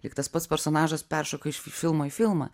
lyg tas pats personažas peršoko iš filmo į filmą